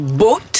boat